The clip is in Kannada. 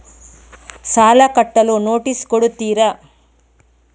ಸಾಲ ಕಟ್ಟಲು ನೋಟಿಸ್ ಕೊಡುತ್ತೀರ?